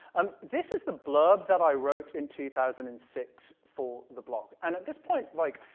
um, this is the blurb that i wrote in two thousand and six for the blog, and at this point, like,